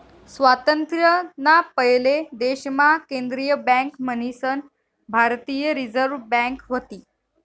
स्वातंत्र्य ना पयले देश मा केंद्रीय बँक मन्हीसन भारतीय रिझर्व बँक व्हती